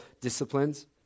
disciplines